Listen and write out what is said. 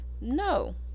no